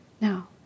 Now